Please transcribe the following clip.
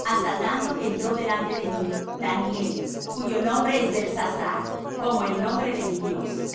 hasta tanto que entró delante de mí daniel cuyo nombre es beltsasar como el nombre de mi dios